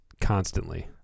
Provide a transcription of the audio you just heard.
constantly